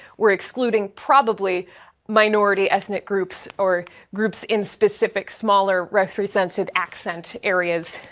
we're excluding probably minority ethnic groups, or groups in specific smaller represented accent areas,